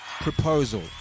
proposal